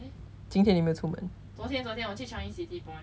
今天有没有出门